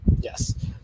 yes